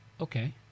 Okay